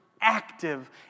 active